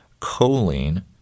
choline